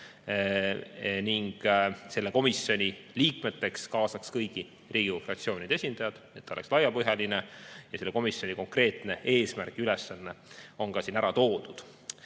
Selle komisjoni liikmeteks kaasataks kõigi Riigikogu fraktsioonide esindajad, et see oleks laiapõhjaline, ja selle komisjoni konkreetne eesmärk ja ülesanne on ka siin ära toodud.